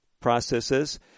processes